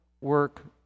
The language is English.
work